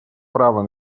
право